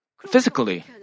physically